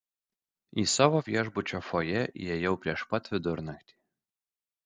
į savo viešbučio fojė įėjau prieš pat vidurnaktį